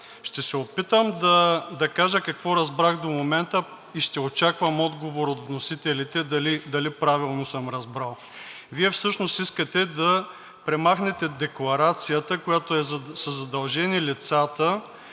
Ще се опитам да кажа какво разбрах до момента и ще очаквам отговор от вносителите дали правилно съм разбрал. Вие всъщност искате да премахнете декларацията, в която са задължени лицата,